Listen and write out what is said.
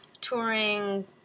touring